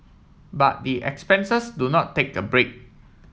but the expenses do not take a break